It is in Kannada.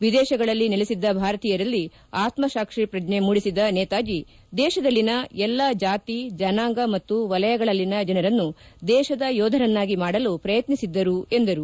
ವಿದೇಶಗಳಲ್ಲಿ ನೆಲೆಸಿದ್ದ ಭಾರತೀಯರಲ್ಲಿ ಆತ್ಮಸಾಕ್ಷಿ ಪ್ರಜ್ಞೆ ಮೂಡಿಸಿದ ನೇತಾಜಿ ದೇಶದಲ್ಲಿನ ಎಲ್ಲಾ ಜಾತಿ ಜನಾಂಗ ಮತ್ತು ವಲಯಗಳಲ್ಲಿನ ಜನರನ್ನು ದೇಶದ ಯೋಧರನ್ನಾಗಿ ಮಾಡಲು ಪ್ರಯತ್ನಿಸಿದ್ದರು ಎಂದರು